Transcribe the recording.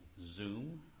Zoom